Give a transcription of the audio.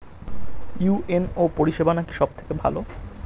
UNO পরিসেবা নাকি সব থেকে ভালো?